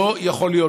לא יכול להיות,